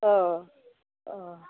ओह अह